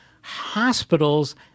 Hospitals